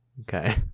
Okay